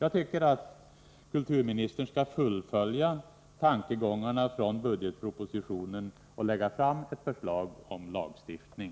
Jag tycker att kulturministern skall fullfölja tankegångarna från budgetpropositionen och lägga fram ett förslag om lagstiftning.